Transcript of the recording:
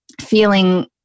feeling